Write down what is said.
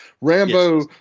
Rambo